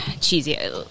cheesy